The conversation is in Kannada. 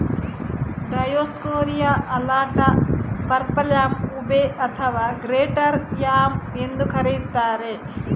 ಡಯೋಸ್ಕೋರಿಯಾ ಅಲಾಟಾ, ಪರ್ಪಲ್ಯಾಮ್, ಉಬೆ ಅಥವಾ ಗ್ರೇಟರ್ ಯಾಮ್ ಎಂದೂ ಕರೆಯುತ್ತಾರೆ